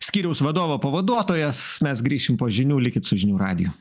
skyriaus vadovo pavaduotojas mes grįšim po žinių likit su žinių radiju